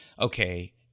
okay